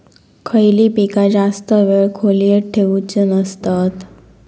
खयली पीका जास्त वेळ खोल्येत ठेवूचे नसतत?